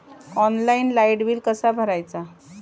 Online light bill कसा भरायचा?